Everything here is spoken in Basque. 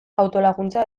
autolaguntza